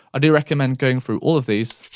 ah do recommend going through all of these